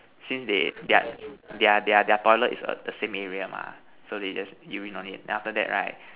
since they their their their their toilet is a the same area lah so they just urine on it then after that right